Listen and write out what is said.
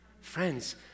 Friends